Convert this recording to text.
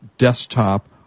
Desktop